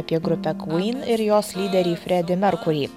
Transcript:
apie grupę kvyn ir jos lyderį fredį merkurį